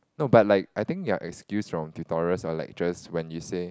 no but like I think we excused from like tutorials or lectures when you say